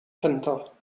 kentañ